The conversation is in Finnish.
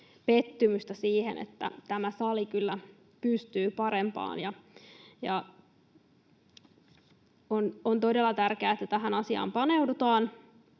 pettymystä, sillä tämä sali kyllä pystyy parempaan. On todella tärkeää, että tähän asiaan paneudutaan.